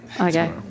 Okay